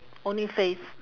only face